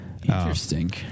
Interesting